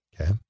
Okay